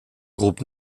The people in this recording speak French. groupe